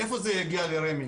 מאיפה זה הגיע לרמ"י,